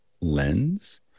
lens